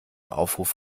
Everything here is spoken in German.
aufruf